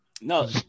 No